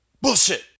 Bullshit